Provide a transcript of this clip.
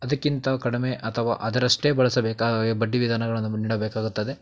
ಅದಕ್ಕಿಂತ ಕಡಿಮೆ ಅಥವಾ ಅದರಷ್ಟೇ ಬಳಸಬೇಕಾ ಬಡ್ಡಿ ವಿಧಾನಗಳನ್ನು ನೀಡಬೇಕಾಗುತ್ತದೆ